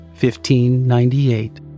1598